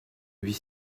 huit